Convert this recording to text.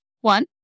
One